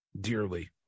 dearly